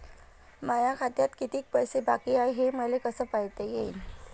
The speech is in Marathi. माया खात्यात कितीक पैसे बाकी हाय हे मले कस पायता येईन?